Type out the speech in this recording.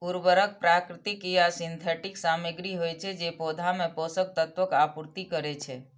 उर्वरक प्राकृतिक या सिंथेटिक सामग्री होइ छै, जे पौधा मे पोषक तत्वक आपूर्ति करै छै